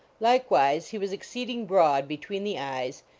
likewise he was exceeding broad between the eyes,